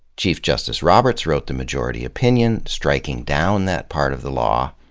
chief justice roberts wrote the majority opinion striking down that part of the law.